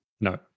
No